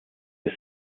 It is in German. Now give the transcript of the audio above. des